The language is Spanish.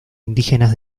indígenas